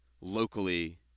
locally